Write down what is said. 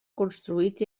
construït